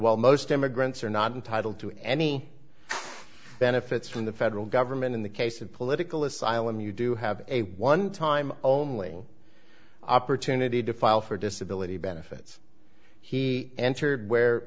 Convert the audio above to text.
while most immigrants are not entitled to any benefits from the federal government in the case of political asylum you do have a one time only opportunity to file for disability benefits he entered where